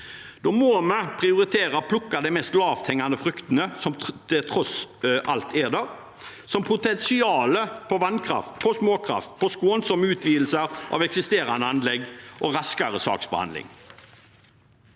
Da må vi prioritere å plukke de mest lavthengende fruktene, som tross alt er der, slik som potensial for vannkraft, for småkraft, for skånsomme utvidelser av eksisterende anlegg og for raskere saksbehandling.